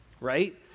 right